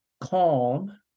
calm